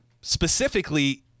specifically –